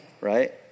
right